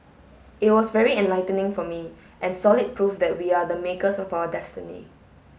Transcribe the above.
it was very enlightening for me and solid proof that we are the makers of our destiny